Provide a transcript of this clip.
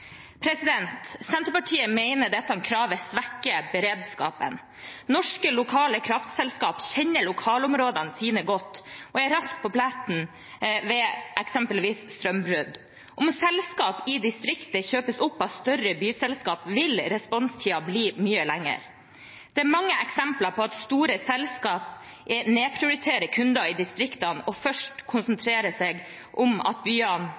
Senterpartiet mener dette kravet svekker beredskapen. Norske lokale kraftselskaper kjenner lokalområdene sine godt og er raskt på pletten ved eksempelvis strømbrudd. Om selskaper i distriktene kjøpes opp av større byselskaper, vil responstiden bli mye lengre. Det er mange eksempler på at store selskaper nedprioriterer kunder i distriktene og først konsentrerer seg om at byene